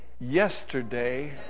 yesterday